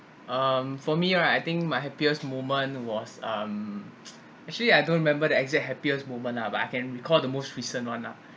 um for me right I think my happiest moment was um actually I don't remember the exact happiest moment lah but I can recall the most recent one lah